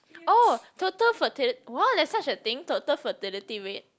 oh total fertili~ wow there's such a thing total fertility rate